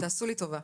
תעשו לי טובה.